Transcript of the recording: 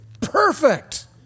Perfect